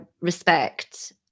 respect